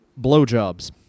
blowjobs